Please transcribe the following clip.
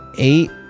Eight